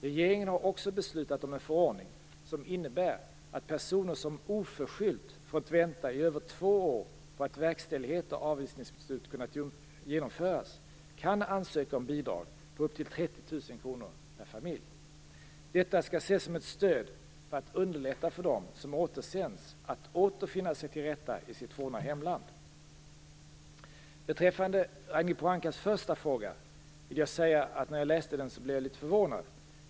Regeringen har också beslutat om en förordning som innebär att personer som oförskyllt fått vänta i över två år på att verkställighet av avvisningsbeslut kunnat genomföras, kan ansöka om bidrag på upp till 30 000 kr per familj. Detta skall ses som ett stöd för att underlätta för dem som återsänds att åter finna sig till rätta i sitt forna hemland. Beträffande Ragnhild Pohankas första fråga vill jag säga att jag blev litet förvånad när jag läste den.